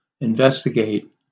investigate